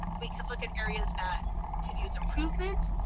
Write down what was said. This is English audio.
we could look at areas that could use improvement.